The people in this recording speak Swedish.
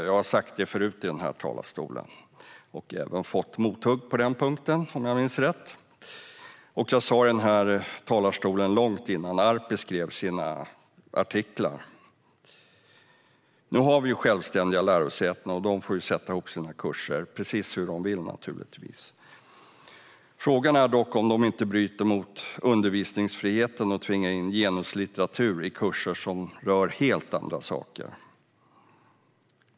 Jag har sagt det förut i talarstolen - och fått mothugg på den punkten, om jag minns rätt. Jag sa det långt innan Ivar Arpi skrev sina artiklar. Nu har vi ju självständiga lärosäten, och de får naturligtvis sätta ihop sina kurser precis hur de vill. Frågan är dock om det inte bryter mot undervisningsfriheten att tvinga in genuslitteratur i kurser som rör helt andra saker.